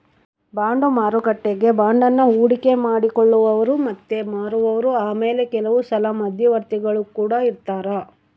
bond ಮಾರುಕಟ್ಟೆಗ ಬಾಂಡನ್ನ ಹೂಡಿಕೆ ಮಾಡಿ ಕೊಳ್ಳುವವರು ಮತ್ತೆ ಮಾರುವವರು ಆಮೇಲೆ ಕೆಲವುಸಲ ಮಧ್ಯವರ್ತಿಗುಳು ಕೊಡ ಇರರ್ತರಾ